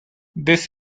this